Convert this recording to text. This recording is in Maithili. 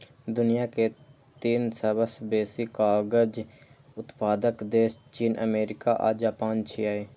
दुनिया के तीन सबसं बेसी कागज उत्पादक देश चीन, अमेरिका आ जापान छियै